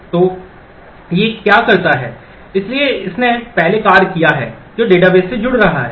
तो यह क्या करता है इसलिए इसने पहला कार्य किया है जो डेटाबेस से जुड़ रहा है